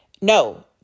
no